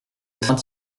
tint